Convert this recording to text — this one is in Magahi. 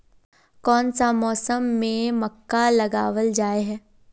कोन सा मौसम में मक्का लगावल जाय है?